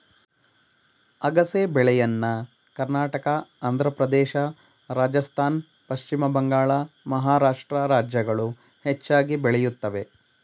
ಅಗಸೆ ಬೆಳೆಯನ್ನ ಕರ್ನಾಟಕ, ಆಂಧ್ರಪ್ರದೇಶ, ರಾಜಸ್ಥಾನ್, ಪಶ್ಚಿಮ ಬಂಗಾಳ, ಮಹಾರಾಷ್ಟ್ರ ರಾಜ್ಯಗಳು ಹೆಚ್ಚಾಗಿ ಬೆಳೆಯುತ್ತವೆ